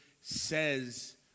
says